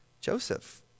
Joseph